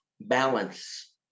balance